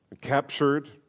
captured